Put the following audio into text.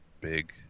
big